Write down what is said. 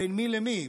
בין מי למי,